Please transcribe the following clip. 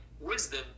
wisdom